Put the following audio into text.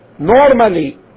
Normally